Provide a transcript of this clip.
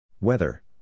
Weather